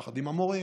יחד עם המורים,